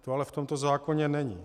To ale v tomto zákoně není.